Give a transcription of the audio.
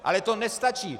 Ale to nestačí.